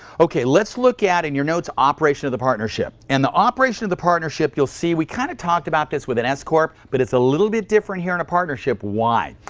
okay let's look at in your notes operation of the partnership. and the operation of the partnership, you'll see we kind of talked about this with an s corp, but it's a little bit different here in a partnership, why?